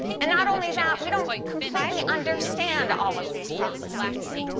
and not only that, we don't completely understand all of these processes.